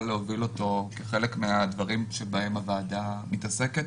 להוביל אותו כחלק מהדברים בהם הוועדה מתעסקת.